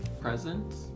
presents